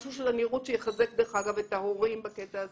משהו של הנראות שיחזק דרך אגב את ההורים בקטע הזה.